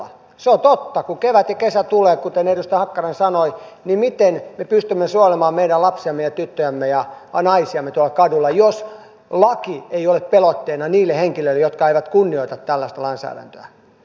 se on totta kun kevät ja kesä tulee kuten edustaja hakkarainen sanoi niin miten me pystymme suojelemaan meidän lapsiamme tyttöjämme ja naisiamme tuolla kadulla jos laki ei ole pelotteena niille henkilöille jotka eivät kunnioita tällaista lainsäädäntöä